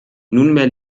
nunmehr